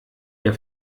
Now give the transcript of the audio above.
ihr